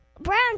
brown